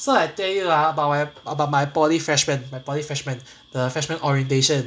so I tell you ah about my about my poly freshman my poly freshmen the freshmen orientation